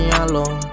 alone